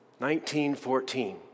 1914